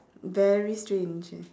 very strange eh